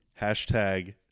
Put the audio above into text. hashtag